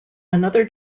another